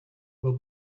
will